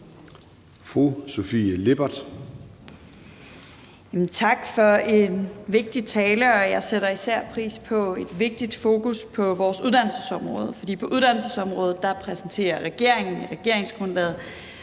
Sofie Lippert (SF): Tak for en vigtig tale. Jeg sætter især pris på et vigtigt fokus på vores uddannelsesområde, for på uddannelsesområdet præsenterer regeringen mange ændringer